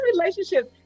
relationships